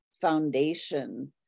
foundation